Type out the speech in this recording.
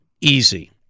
easy